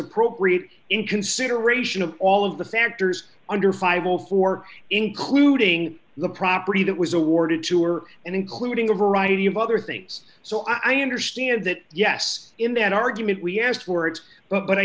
appropriate in consideration of all of the factors under five all four including the property that was awarded to or and including a variety of other things so i understand that yes in that argument we asked words but